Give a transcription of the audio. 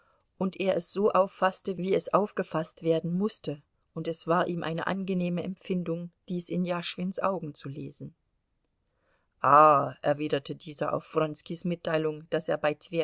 und er es so auffaßte wie es aufgefaßt werden mußte und es war ihm eine angenehme empfindung dies in jaschwins augen zu lesen ah erwiderte dieser auf wronskis mitteilung daß er bei